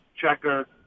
checker